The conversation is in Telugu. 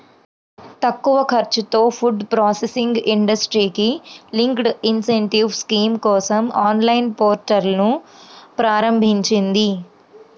తక్కువ ఖర్చుతో ఫుడ్ ప్రాసెసింగ్ ఇండస్ట్రీకి లింక్డ్ ఇన్సెంటివ్ స్కీమ్ కోసం ఆన్లైన్ పోర్టల్ను ప్రారంభించింది